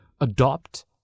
adopt